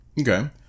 okay